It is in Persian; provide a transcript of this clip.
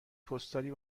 پستالی